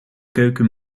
keuken